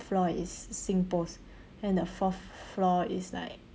floor is singpost then the fourth floor is like